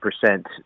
percent